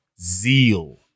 zeal